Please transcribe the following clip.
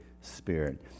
Spirit